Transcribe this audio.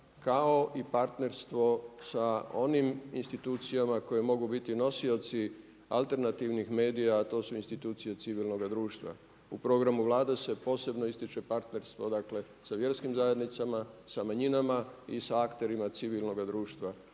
kao i partnerstvo sa onim institucijama koje mogu biti nosioci alternativnih medija a to su institucije civilnoga društva. U programu Vlade se posebno ističe partnerstvo dakle sa vjerskim zajednicama, sa manjinama i sa akterima civilnoga društva,